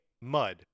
Mud